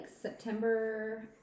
September